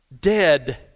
dead